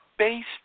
Based